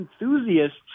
enthusiasts